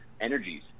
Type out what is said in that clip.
energies